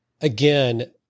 Again